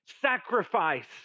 sacrifice